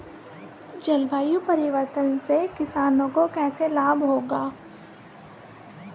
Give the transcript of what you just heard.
जलवायु परिवर्तन से किसानों को कैसे लाभ होगा?